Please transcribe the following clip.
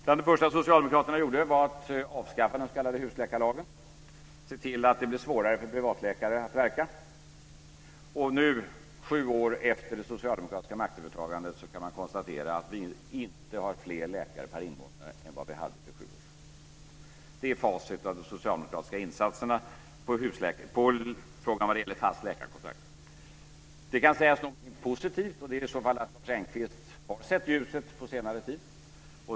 Bland det första socialdemokraterna gjorde var att avskaffa den s.k. husläkarlagen och se till att det blev svårare för privatläkare att verka, och nu, sju år efter det socialdemokratiska maktövertagandet, kan man konstatera att vi inte har fler läkare per invånare än vad vi hade för sju år sedan. Det är facit av de socialdemokratiska insatserna vad gäller frågan om fast läkarkontakt. Det kan sägas något positivt, och det är i så fall att Lars Engqvist har sett ljuset på senare tid.